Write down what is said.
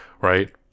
right